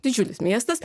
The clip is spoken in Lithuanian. didžiulis miestas